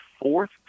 fourth